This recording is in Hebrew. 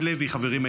חברים,